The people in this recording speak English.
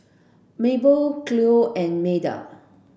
Mabel Chloie and Meda